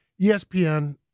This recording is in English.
ESPN